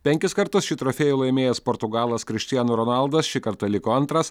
penkis kartus šį trofėjų laimėjęs portugalas krištianu ronaldas šį kartą liko antras